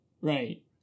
Right